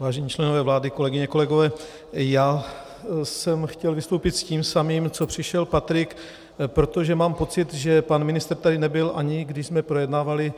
Vážení členové vlády, kolegyně, kolegové, já jsem chtěl vystoupit s tím samým, co přišel Patrik, protože mám pocit, že pan ministr tady nebyl, ani když jsme projednávali